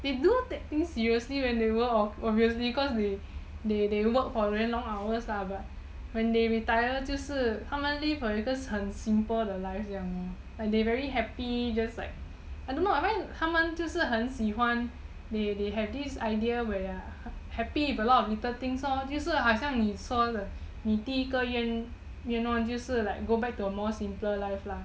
they do take things seriously when they work obviously because they work for very long hours ah but when they retire 就是他们 live 一个很 simple 的 life 这样哦 like they very happy just like I don't know I find 他们很喜欢 they they have this idea where they are happy with a lot of little things lor 就是好像你说的你的第一个愿望就是 like go back to a more simpler life lah